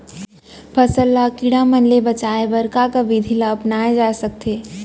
फसल ल कीड़ा मन ले बचाये बर का का विधि ल अपनाये जाथे सकथे?